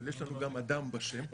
אבל יש לנו גם 'אדם' בשם.